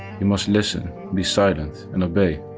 you must listen, be silent, and obey.